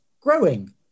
growing